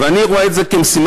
ואני רואה את זה כמשימה,